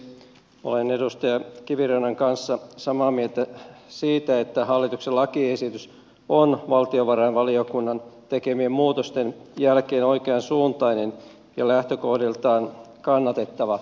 olen edustaja kivirannan kanssa samaa mieltä siitä että hallituksen lakiesitys on valtiovarainvaliokunnan tekemien muutosten jälkeen oikeansuuntainen ja lähtökohdiltaan kannatettava